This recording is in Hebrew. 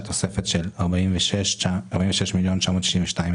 כביש 60 צפון וכביש 4. נשלחה תשובה ביום שני.